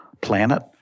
planet